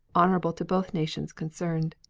honorable to both nations concerned.